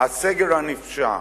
הסגר הנפשע?